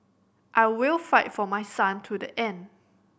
I will fight for my son to the end